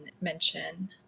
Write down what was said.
mention